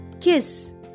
Kiss